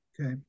Okay